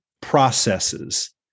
processes